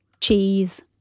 cheese